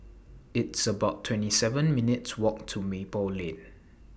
It's about twenty seven minutes' Walk to Maple Lane